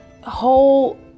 whole